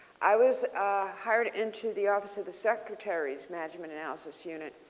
i was hired into the office of the secretary's management analysis unit.